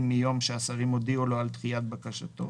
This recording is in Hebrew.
מיום שהשרים הודיעו לו על דחיית בקשתו,